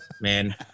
man